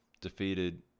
Defeated